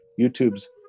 YouTube's